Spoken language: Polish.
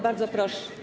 Bardzo proszę.